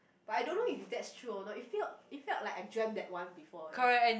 but I don't know if that's true or not it felt it felt like I dreamt that one before eh